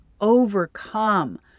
overcome